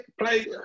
play